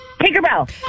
Tinkerbell